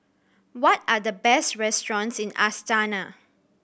what are the best restaurants in Astana